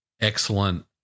excellent